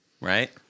right